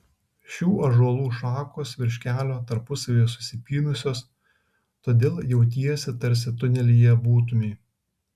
šių ąžuolų šakos virš kelio tarpusavyje susipynusios todėl jautiesi tarsi tunelyje būtumei